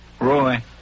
Roy